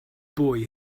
boy